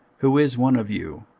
who is one of you,